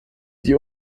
die